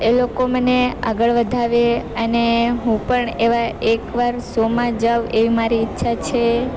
એ લોકો મને આગળ વધારે અને હું પણ એવા એકવાર શોમાં જાઉં એવી મારી ઈચ્છા છે